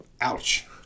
Ouch